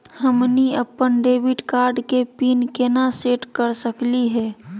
हमनी अपन debit card के पीन केना सेट कर सकली हे?